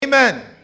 Amen